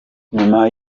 nyuma